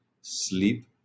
sleep